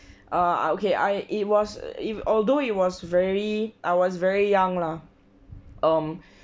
uh err okay I it was if although it was very I was very young lah um